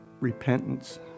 repentance